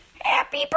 happy